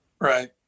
right